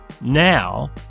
now